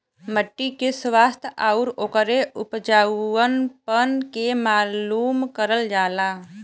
मट्टी के स्वास्थ्य आउर ओकरे उपजाऊपन के मालूम करल जाला